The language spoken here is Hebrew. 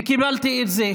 וקיבלתי את זה.